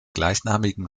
gleichnamigen